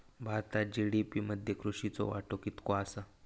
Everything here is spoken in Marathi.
भारतात जी.डी.पी मध्ये कृषीचो वाटो कितको आसा?